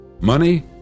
Money